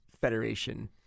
federation